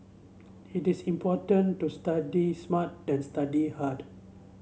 it is important to study smart than study hard